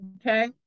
okay